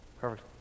Perfect